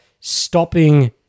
stopping